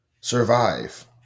survive